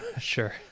sure